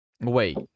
wait